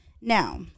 Now